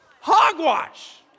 Hogwash